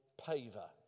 paver